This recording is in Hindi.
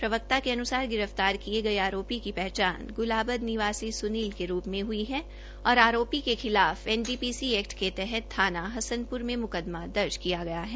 प्रवक्ता के अनुसार गिर फ्तार किए गये आरोपी की पहचान गुलाबंद निवासी सुनील के रूप में हई है और आरोपी के खिलाफ एनडीपीसी एक्ट के तहत थाना हसनपुर में मुकदमा दर्ज किया गया है